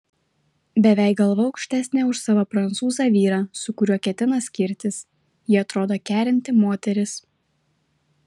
beveik galva aukštesnė už savo prancūzą vyrą su kuriuo ketina skirtis ji atrodo kerinti moteris